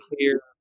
clear